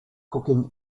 cooking